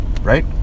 right